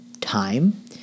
time